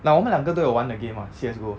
like 我们两个都有玩的 game [what] C_S go